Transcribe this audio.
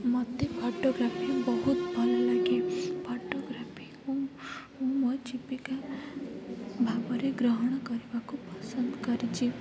ମୋତେ ଫଟୋଗ୍ରାଫି ବହୁତ ଭଲ ଲାଗେ ଫଟୋଗ୍ରାଫିକୁ ମୁଁ ମୋ ଜୀବିକା ଭାବରେ ଗ୍ରହଣ କରିବାକୁ ପସନ୍ଦ କରିଛି